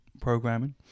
programming